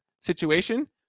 situation